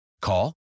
Call